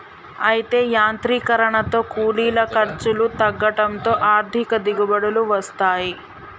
అయితే యాంత్రీకరనతో కూలీల ఖర్చులు తగ్గడంతో అధిక దిగుబడులు వస్తాయి